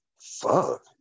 fuck